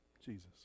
Jesus